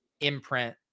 imprint